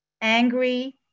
Angry